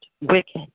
wicked